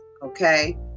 Okay